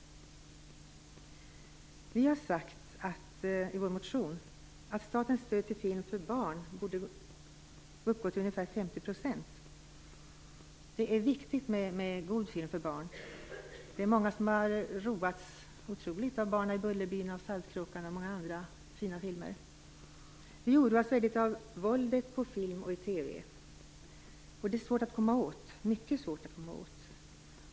Vi har i vår motion anfört att statens stöd till film för barn borde uppgå till ungefär 50 %. Det är viktigt med god film för barn. Det är många som har roats oerhört av Barnen i Bullerbyn, Saltkråkan och många andra fina filmer. Vi oroas väldigt av våldet på film och i TV, och det är mycket svårt att komma åt.